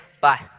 Bye